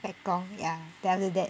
peng gong ya then after that